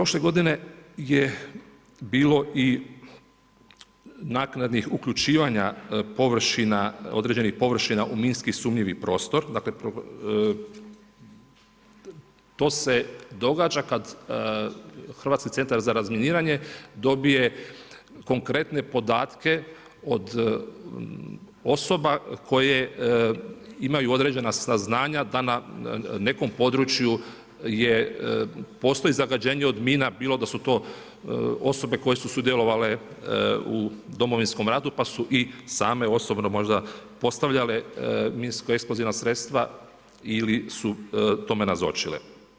Prošle godine je bilo i naknadnih uključivanja površina određenih površina u minski sumnjivi prostor, to se događa kada Hrvatski centar za razminiranje dobije konkretne podatke od osoba koje imaju određena saznanja da na nekom području postoji zagađenja od mina, bilo da su to osobe koje su sudjelovale u Domovinskom ratu, pa su i same osobno postavljale minsko eksplozivna sredstva ili su tome namočile.